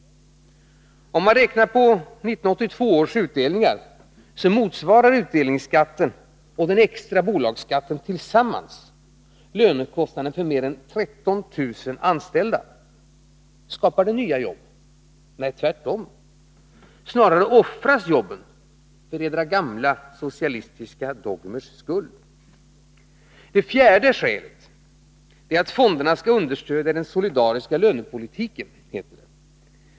Räknat på 1982 års utdelningar motsvarar utdelningsskatten och den extra bolagsskatten tillsammans lönekostnaden för mer än 13000 anställda. Skapar det nya jobb? Nej, tvärtom. Snarare offras jobben för era gamla socialistiska dogmers skull. För det fjärde skall fonderna understödja den solidariska lönepolitiken.